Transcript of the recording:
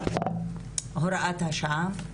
הוראת השעה,